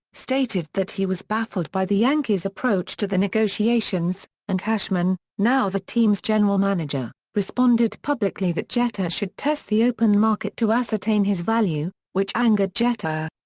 stated that he was baffled by the yankees' approach to the negotiations, and cashman, now the team's general manager, responded publicly that jeter should test the open market to ascertain his value, which angered jeter.